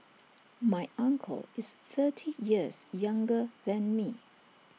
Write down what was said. my uncle is thirty years younger than me